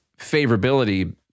favorability